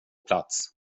plats